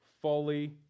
fully